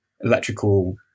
electrical